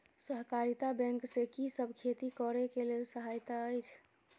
सहकारिता बैंक से कि सब खेती करे के लेल सहायता अछि?